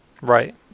Right